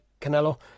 Canelo